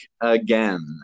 again